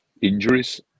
injuries